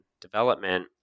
Development